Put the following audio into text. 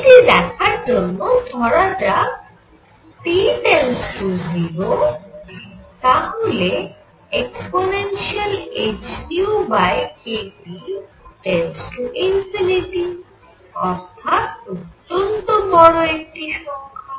এটি দেখার জন্য ধরা যাক T → 0 তাহলে ehνkT→∞ অর্থাৎ অত্যন্ত বড় একটি সংখ্যা